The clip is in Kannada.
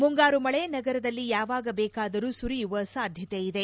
ಮುಂಗಾರು ಮಳೆ ನಗರದಲ್ಲಿ ಯಾವಾಗ ಬೇಕಾದರು ಸುರಿಯುವ ಸಾಧ್ಯತೆ ಇದೆ